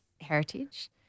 heritage